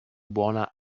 buona